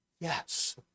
Yes